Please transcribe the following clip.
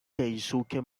keisuke